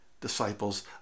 disciples